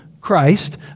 Christ